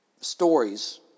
stories